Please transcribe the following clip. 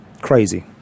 crazy